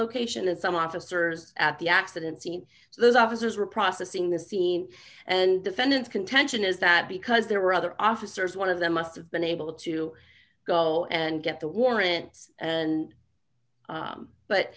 location and some officers at the accident scene so those officers were processing the scene and defendant contention is that because there were other officers one of them must have been able to go and get the warrant and